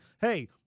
Hey